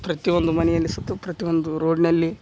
ಪ್ರತಿ ಒಂದು ಮನೆಯಲ್ಲಿ ಸತು ಪ್ರತಿ ಒಂದು ರೋಡ್ನಲ್ಲಿ